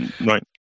Right